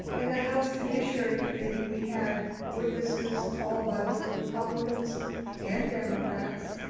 in the house judiciary committee, we had witnesses called by both republicans and democrats.